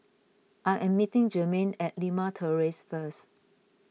I am meeting Jermain at Limau Terrace first